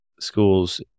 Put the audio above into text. schools